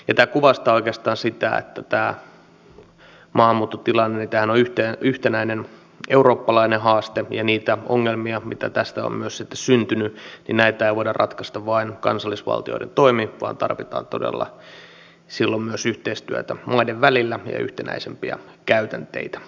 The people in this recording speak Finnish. tämä kuvastaa oikeastaan sitä että tämä maahanmuuttotilannehan on yhtenäinen eurooppalainen haaste ja niitä ongelmia mitä tästä on myös sitten syntynyt ei voida ratkaista vain kansallisvaltioiden toimin vaan tarvitaan todella silloin myös yhteistyötä maiden välillä ja yhtenäisempiä käytänteitä